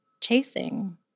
chasing